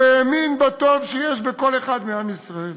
הוא האמין בטוב שיש בכל אחד מעם ישראל,